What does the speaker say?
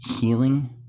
healing